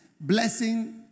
blessing